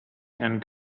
and